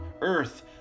earth